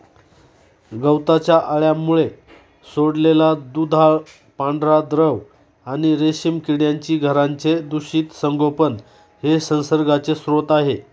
गवताच्या अळ्यांमुळे सोडलेला दुधाळ पांढरा द्रव आणि रेशीम किड्यांची घरांचे दूषित संगोपन हे संसर्गाचे स्रोत आहे